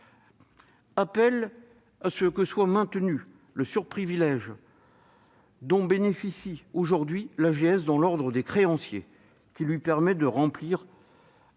Appel à ce que soit maintenu le surprivilège dont bénéficie aujourd'hui l'AGS dans l'ordre des créanciers, qui lui permet de remplir